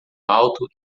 alto